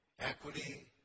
equity